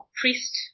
priest